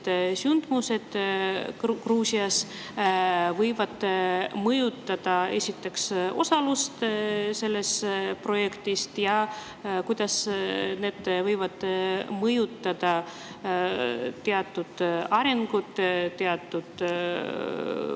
sündmused Gruusias võivad mõjutada tema osalust selles projektis ja kuidas need võivad mõjutada teatud arengut, teatud